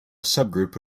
subgroup